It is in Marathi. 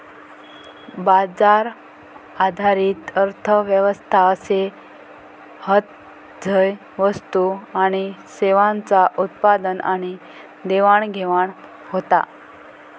बाजार आधारित अर्थ व्यवस्था अशे हत झय वस्तू आणि सेवांचा उत्पादन आणि देवाणघेवाण होता